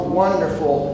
wonderful